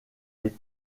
les